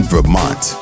Vermont